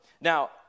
Now